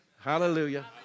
Hallelujah